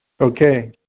Okay